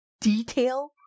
detail